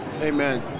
Amen